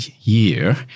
year